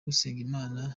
usengimana